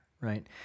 right